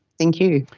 thank you.